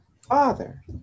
Father